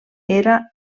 era